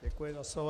Děkuji za slovo.